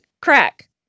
Crack